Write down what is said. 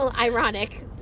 Ironic